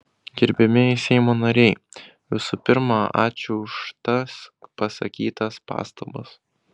gerbiamieji seimo nariai visų pirma ačiū už tas pasakytas pastabas